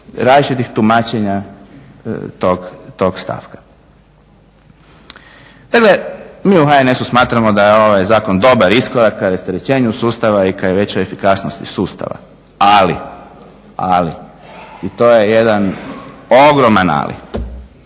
različitih tumačenja tog stavka. Dakle, mi u HNS-u smatramo da je ovaj zakon dobar iskorak ka rasterećenju sustava i ka većoj efikasnosti sustava, ali i to je jedan ogroman ali.